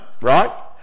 right